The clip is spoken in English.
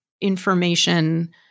information